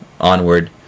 onward